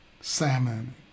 salmon